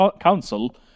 council